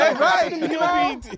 right